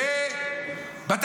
הם עדיין יורים.